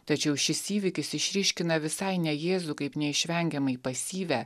tačiau šis įvykis išryškina visai ne jėzų kaip neišvengiamai pasyvią